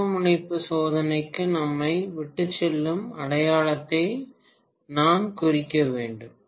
துருவமுனைப்பு சோதனைக்கு நம்மை விட்டுச்செல்லும் அடையாளத்தை நான் குறிக்க வேண்டும்